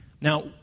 Now